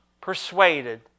persuaded